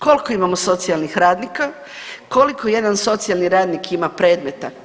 Koliko imamo socijalnih radnika, koliko jedan socijalni radnik ima predmeta?